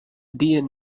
dear